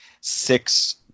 six